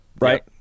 Right